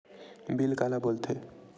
Bill काला बोल थे?